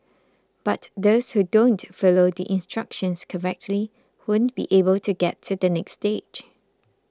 but those who don't follow the instructions correctly won't be able to get to the next stage